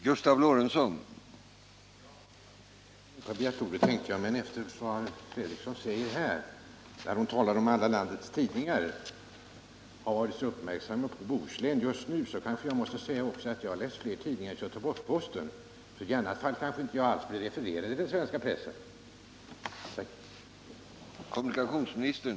Herr talman! Jag hade egentligen inte tänkt begära ordet igen, men efter vad Märta Fredrikson säger om att alla landets tidningar har varit så uppmärksamma mot Bohuslän just nu kanske jag måste säga att jag har läst fler tidningar än Göteborgs-Posten, i annat fall kanske jag inte alls blir refererad i den svenska pressen.